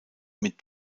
mit